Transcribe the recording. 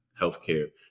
healthcare